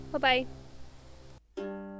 Bye-bye